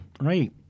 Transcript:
Right